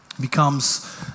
Becomes